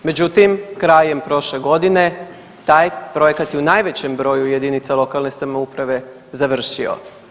Međutim, krajem prošle godine taj projekat je u najvećem broju jedinica lokalne samouprave završio.